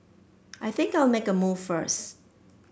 I think I'll make a move first